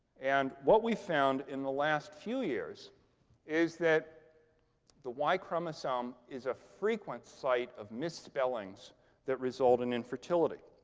and what we found in the last few years is that the y chromosome is a frequent site of misspellings that result in infertility.